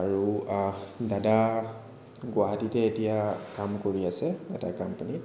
আৰু দাদা গুৱাহাটীতে এতিয়া কাম কৰি আছে এটা কোম্পেনীত